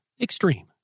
extreme